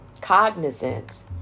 cognizant